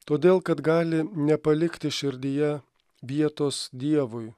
todėl kad gali nepalikti širdyje vietos dievui